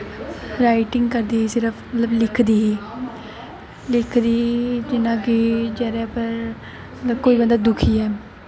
writing करदी ही सिर्फ लिखदी ही लिखदी ही जि'यां कि जेह्दे पर कोई बंदा दुखी ऐ